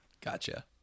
Gotcha